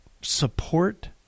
support